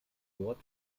ort